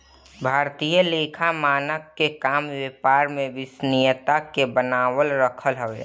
भारतीय लेखा मानक के काम व्यापार में विश्वसनीयता के बनावल रखल हवे